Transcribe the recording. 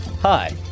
Hi